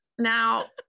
Now